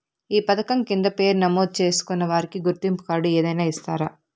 ఈ పథకం కింద పేరు నమోదు చేసుకున్న వారికి గుర్తింపు కార్డు ఏదైనా ఇస్తారా?